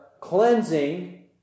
cleansing